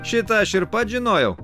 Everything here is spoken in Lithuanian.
šitą aš ir pats žinojau